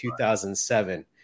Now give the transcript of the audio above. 2007